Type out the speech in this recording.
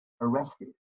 arrested